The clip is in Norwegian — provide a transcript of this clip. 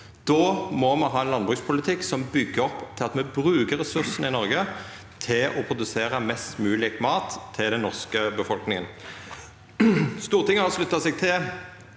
Då må me ha ein landbrukspolitikk som byggjer opp om at me bruker ressursane i Noreg til å produsera mest mogleg mat til den norske befolkninga. Stortinget har slutta seg til